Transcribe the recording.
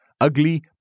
ugly